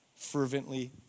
fervently